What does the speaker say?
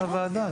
זאת הועדה,